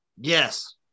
Yes